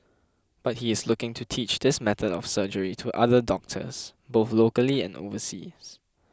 but he is looking to teach this method of surgery to other doctors both locally and overseas